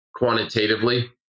quantitatively